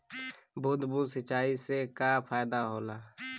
बूंद बूंद सिंचाई से का फायदा होला?